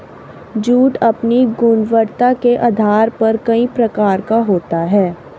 jute अपनी गुणवत्ता के आधार पर कई प्रकार का होता है